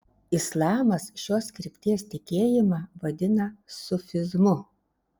islamas šios krypties tikėjimą vadina sufizmu